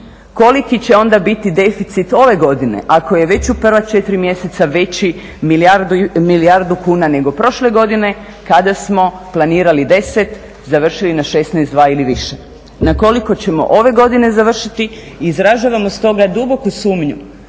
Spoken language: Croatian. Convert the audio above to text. Koliki će onda biti deficit ove godine ako je već u prva četiri mjeseca veći milijardu kuna nego prošle godine kada smo planirali 10, završili na 16,2 ili više. Na koliko ćemo ove godine završiti? Izražavamo stoga duboku sumnju